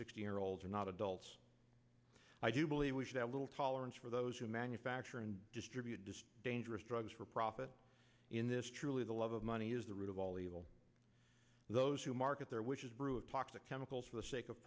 sixteen year olds are not adults i do believe we should have little tolerance for those who manufacture and distribute dissed dangerous drugs for profit in this truly the love of money is the root of all evil those who market their which is brew of toxic chemicals for the sake of